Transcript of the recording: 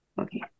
Okay